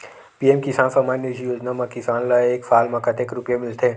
PM किसान सम्मान निधी योजना म किसान ल एक साल म कतेक रुपिया मिलथे?